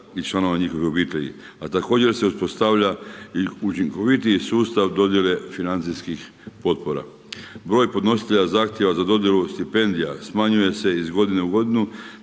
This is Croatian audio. i članova njihovih obitelji. A također se uspostavlja i učinkovitiji sustav dodjele financijskih potpora. Broj podnositelja zahtjeva za dodjelu stipendija, smanjuje se iz godine u godinu,